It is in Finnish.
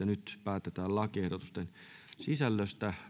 nyt päätetään lakiehdotusten sisällöstä